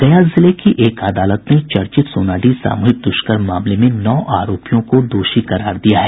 गया जिले की एक अदालत ने चर्चित सोनाडीह सामूहिक दुष्कर्म मामले में नौ आरोपियों को दोषी करार दिया है